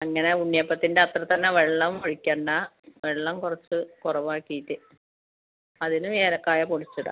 അങ്ങനെ ഉണ്ണിയപ്പത്തിൻ്റെ അത്ര തന്നെ വെള്ളം ഒഴിക്കണ്ട വെള്ളം കുറച്ച് കുറവാക്കീട്ട് അതിനും ഏലക്കായ പൊടിച്ചിടുക